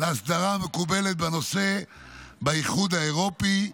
לאסדרה המקובלת בנושא באיחוד האירופי,